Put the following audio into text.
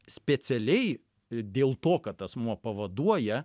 specialiai dėl to kad asmuo pavaduoja